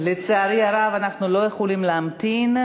לצערי הרב, אנחנו לא יכולים להמתין.